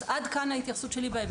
אז עד כאן ההתייחסות שלי.